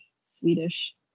Swedish